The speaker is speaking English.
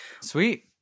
sweet